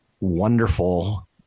wonderful